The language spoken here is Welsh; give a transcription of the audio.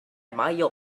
mae